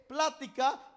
plática